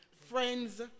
friends